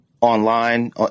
online